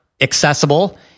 accessible